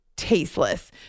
tasteless